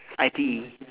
I_T_E